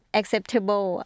acceptable